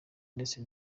ndetse